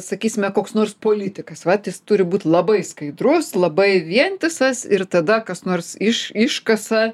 sakysime koks nors politikas vat jis turi būt labai skaidrus labai vientisas ir tada kas nors iš iškasa